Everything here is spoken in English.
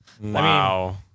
Wow